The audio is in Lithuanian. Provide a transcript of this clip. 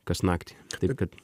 kas naktį taip kad